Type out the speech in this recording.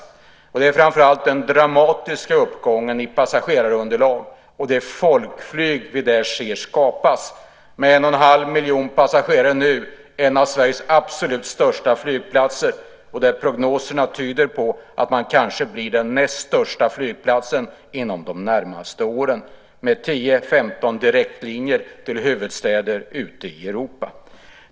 Det handlar framför allt om den dramatiska uppgången i fråga om passagerarunderlag och det folkflyg som vi där ser skapas med en och en halv miljon passagerare nu - en av Sveriges absolut största flygplatser - och prognoserna tyder på att det kanske blir den näst största flygplatsen inom de närmaste åren med 10-15 direktlinjer till huvudstäder ute i Europa.